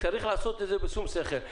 צריך לעשות את זה בשום שכל.